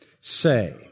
say